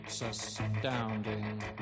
astounding